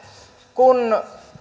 kun